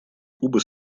кубы